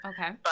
Okay